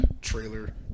trailer